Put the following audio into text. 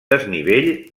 desnivell